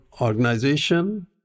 organization